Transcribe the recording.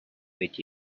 meet